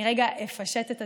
אני רגע אפשט את הדברים.